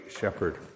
shepherd